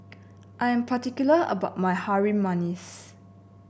I am particular about my Harum Manis